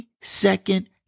second